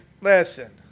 Listen